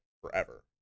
forever